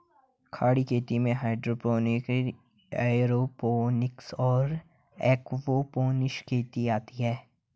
खड़ी खेती में हाइड्रोपोनिक्स, एयरोपोनिक्स और एक्वापोनिक्स खेती आती हैं